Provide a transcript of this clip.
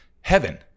heaven